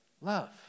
love